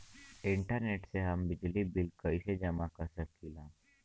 Internet से हम बिजली बिल कइसे जमा कर सकी ला?